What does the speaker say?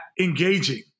engaging